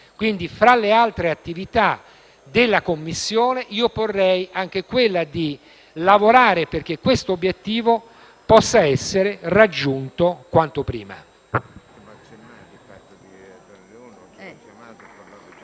Dunque, fra le altre attività della Commissione, io suggerirei anche quella di lavorare perché questo obiettivo possa essere raggiunto quanto prima.